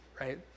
right